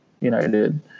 United